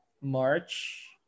March